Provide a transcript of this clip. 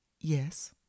Yes